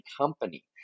company